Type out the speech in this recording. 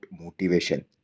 motivation